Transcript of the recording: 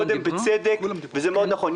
ואמר שאול מקודם בצדק, וזה מאוד נכון.